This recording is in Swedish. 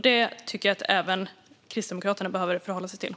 Det behöver även Kristdemokraterna förhålla sig till.